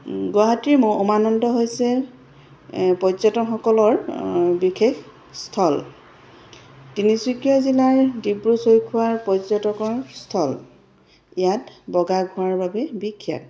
গুৱাহাটীৰ উমানন্দ হৈছে পৰ্যটনসকলৰ বিশেষ স্থল তিনিচুকীয়া জিলাৰ ডিব্ৰু চৈখোৱাৰ পৰ্যটকৰ স্থল ইয়াত বগা ঘোঁৰাৰ বাবে বিখ্যাত